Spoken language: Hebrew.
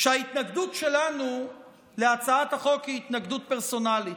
שההתנגדות שלנו להצעת החוק היא התנגדות פרסונלית,